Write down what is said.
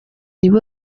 nibo